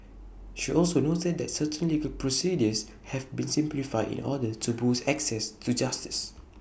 she also noted that certain legal procedures have been simplified in order to boost access to justice